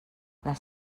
les